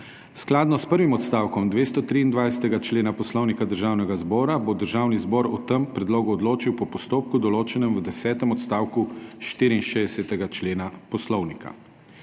Skladno s prvim odstavkom 223. člena Poslovnika Državnega zbora bo Državni zbor o tem predlogu odločil po postopku določenem v desetem odstavku 64. člena Poslovnika.